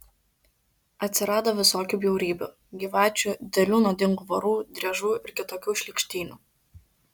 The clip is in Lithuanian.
atsirado visokių bjaurybių gyvačių didelių nuodingų vorų driežų ir kitokių šlykštynių